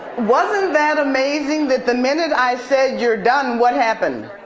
wasn't that amazing that the minute i said you're done, what happened?